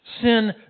Sin